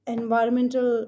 Environmental